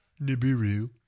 Nibiru